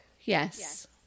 Yes